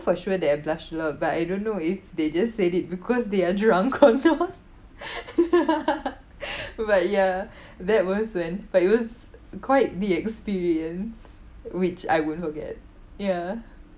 for sure that I blush a lot but I don't know if they just said it because they are drunk or not ya but ya that was when but it was quite the experience which I won't forget ya